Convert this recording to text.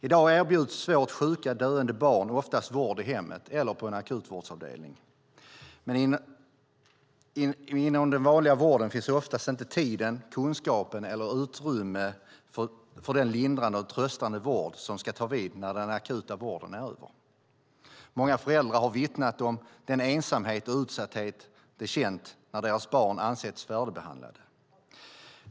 I dag erbjuds svårt sjuka och döende barn oftast vård i hemmet eller på en akutvårdsavdelning. Inom den vanliga vården finns oftast inte tiden, kunskapen eller utrymmet för den lindrande och tröstande vård som ska ta vid när den akuta vården är över. Många föräldrar har vittnat om den ensamhet och utsatthet de känt när deras barn ansetts färdigbehandlade.